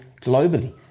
globally